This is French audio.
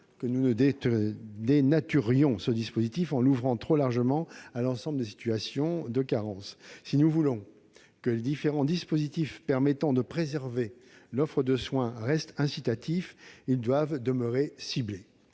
que nous ne dénaturions ce dispositif en l'ouvrant trop largement à l'ensemble des situations de carence. Si nous voulons que les différents mécanismes permettant de préserver l'offre de soins restent incitatifs, ils doivent demeurer ciblés.